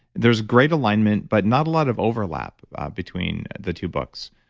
there's great alignment but not a lot of overlap between the two books.